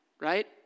Right